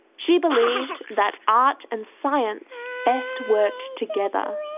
she believed that art and science best worked together,